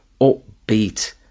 Upbeat